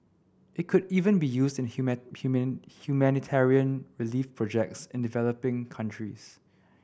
it could even be used in human human humanitarian relief projects in developing countries